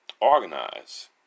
organize